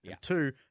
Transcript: Two